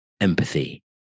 empathy